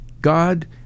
God